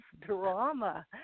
drama